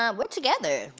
um we're together,